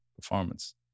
Performance